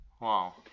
Wow